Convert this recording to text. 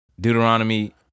Deuteronomy